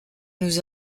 nous